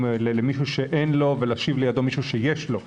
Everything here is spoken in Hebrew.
ולהושיב ליד מישהו שאין לו מישהו שיש לו.